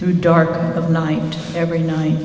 through dark of night every night